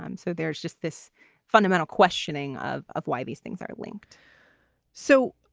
um so there's just this fundamental questioning of of why these things are linked so.